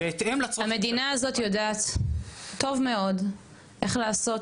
המדינה הזאת יודעת טוב מאוד איך לעשות